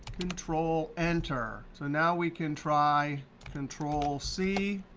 control enter. so now we can try control c.